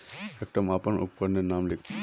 एकटा मापन उपकरनेर नाम लिख?